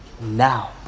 now